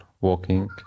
walking